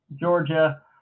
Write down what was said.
Georgia